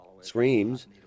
screams